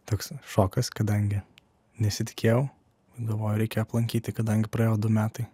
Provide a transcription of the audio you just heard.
toks šokas kadangi nesitikėjau galvojau reikia aplankyti kadangi praėjo du metai